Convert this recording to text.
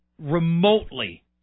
remotely